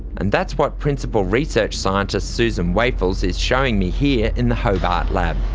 and that's what principal research scientist susan wijffels is showing me here in the hobart lab.